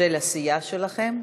של הסיעה שלכם.